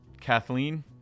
Kathleen